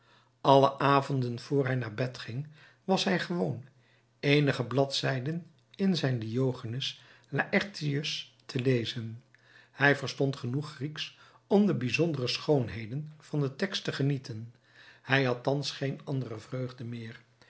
alle avonden vr hij naar bed ging was hij gewoon eenige bladzijden in zijn diogenes laërtius te lezen hij verstond genoeg grieksch om de bijzondere schoonheden van den tekst te genieten hij had thans geen andere vreugde meer